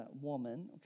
woman